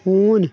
ہوٗن